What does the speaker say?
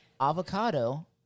avocado